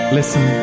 Listen